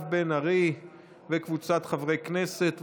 מירב בן ארי וקבוצת חברי הכנסת.